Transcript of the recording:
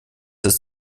ist